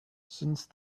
since